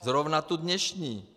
Zrovna tu dnešní.